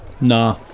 nah